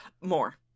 More